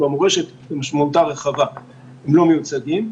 במורשת במשמעותה הרחבה והם לא מיוצגים.